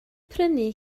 prynu